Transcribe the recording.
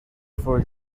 for